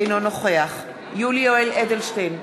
אינו נוכח יולי יואל אדלשטיין,